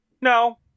no